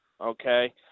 Okay